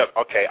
okay